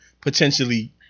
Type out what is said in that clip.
potentially